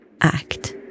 act